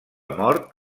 mort